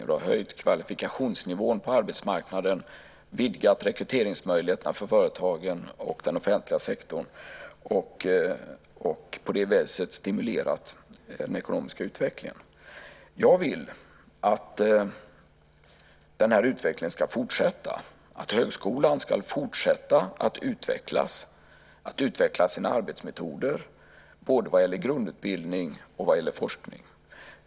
Det har höjt kvalifikationsnivån på arbetsmarknaden, vidgat rekryteringsmöjligheterna för företagen och den offentliga sektorn och på det viset stimulerat den ekonomiska utvecklingen. Jag vill att högskolan ska fortsätta att utveckla sina arbetsmetoder både vad gäller grundutbildning och vad gäller forskning.